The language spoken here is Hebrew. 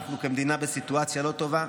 אנחנו כמדינה בסיטואציה לא טובה,